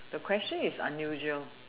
the question is unusual